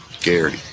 Gary